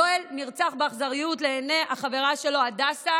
יואל נרצח באכזריות לעיני החברה שלו הדסה